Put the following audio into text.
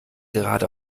gerade